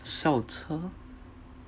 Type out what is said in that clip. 校车